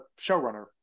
showrunner